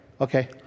Okay